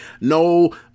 No